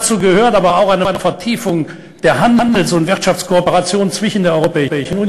תפקידנו המרכזי כפוליטיקאים הוא להחזיר את התקווה לעתיד טוב יותר.